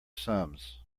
sums